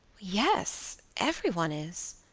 yes, every one is.